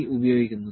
C ഉപയോഗിക്കുന്നു